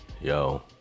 yo